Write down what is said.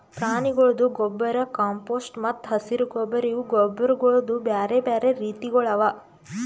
ಪ್ರಾಣಿಗೊಳ್ದು ಗೊಬ್ಬರ್, ಕಾಂಪೋಸ್ಟ್ ಮತ್ತ ಹಸಿರು ಗೊಬ್ಬರ್ ಇವು ಗೊಬ್ಬರಗೊಳ್ದು ಬ್ಯಾರೆ ಬ್ಯಾರೆ ರೀತಿಗೊಳ್ ಅವಾ